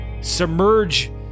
submerge